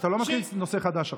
אתה לא מתחיל נושא חדש עכשיו.